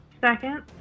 Second